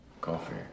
coffee